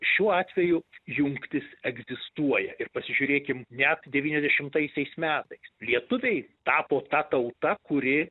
šiuo atveju jungtis egzistuoja ir pasižiūrėkim net devyniasdešimtaisiais metais lietuviai tapo ta tauta kuri